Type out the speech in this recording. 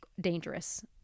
dangerous